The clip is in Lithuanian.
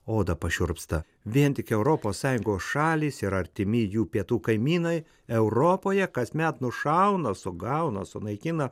oda pašiurpsta vien tik europos sąjungos šalys ir artimi jų pietų kaimynai europoje kasmet nušauna sugauna sunaikina